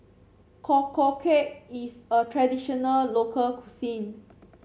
Korokke is a traditional local cuisine